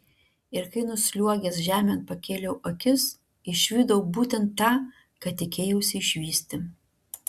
ir kai nusliuogęs žemėn pakėliau akis išvydau būtent tą ką tikėjausi išvysti